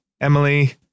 Emily